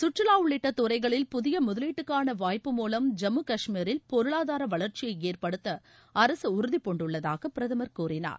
சுற்றுலாஉள்ளிட்டதுறைகளில் புதியமுதலீட்டுக்கானவாய்ப்பு மூலம் கஷ்மீரில் ஜம்மு பொருளாதாரவளர்ச்சியைஏற்படுத்தஅரசுஉறுதிபூண்டுள்ளதாகபிரதமர் கூறினார்